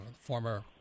former